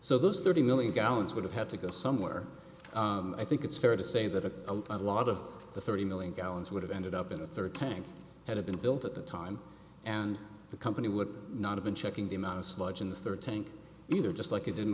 so those thirty million gallons would have had to go somewhere i think it's fair to say that a lot of the thirty million gallons would have ended up in a third tank had been built at the time and the company would not have been checking the amount of sludge in the third tank either just like it didn't